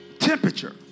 temperature